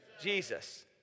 Jesus